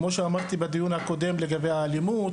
כמו שאמרתי בדיון הקודם לגבי האלימות,